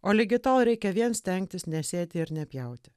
o ligi to reikia vien stengtis nesėti ir nepjauti